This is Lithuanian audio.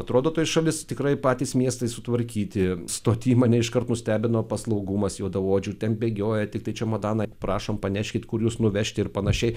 atrodo toj šalis tikrai patys miestai sutvarkyti stoty mane iškart nustebino paslaugumas juodaodžių ten bėgioja tiktai čemodaną prašom paneškit kur jus nuvežti ir panašiai